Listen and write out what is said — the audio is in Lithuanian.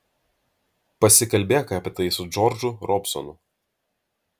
pasikalbėk apie tai su džordžu robsonu